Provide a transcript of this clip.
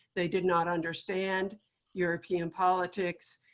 they did not understand european politics.